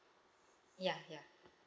ya ya